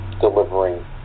delivering